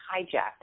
hijacked